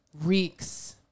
reeks